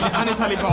hundred times?